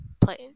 play